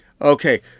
Okay